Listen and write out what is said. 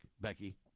Becky